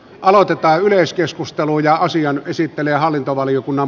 aloitetaan yleiskeskustelu ja asian käsittelyä hallintovaliokunnan